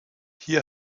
hier